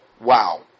Wow